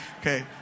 Okay